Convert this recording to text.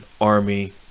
Army